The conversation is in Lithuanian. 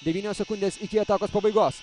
devynios sekundės iki atakos pabaigos